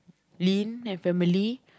Lin and family